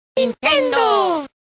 ¡Nintendo